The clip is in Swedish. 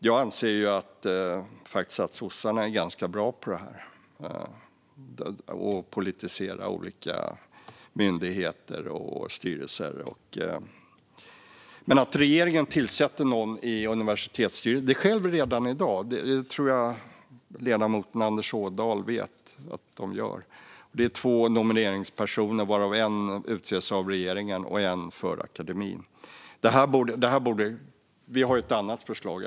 Jag anser att sossarna är ganska bra på att politisera olika myndigheter och styrelser. Att regeringen tillsätter någon i universitetsstyrelser sker väl redan i dag. Det tror jag att ledamoten Anders Ådahl vet. Det är två nomineringspersoner varav en utses av regeringen och en för akademin. Vi har ett annat förslag.